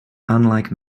unlike